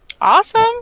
Awesome